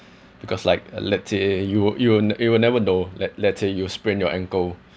because like uh let's say you will you will you will never know let let's say you sprain your ankle